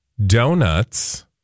Donuts